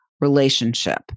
relationship